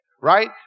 right